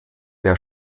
der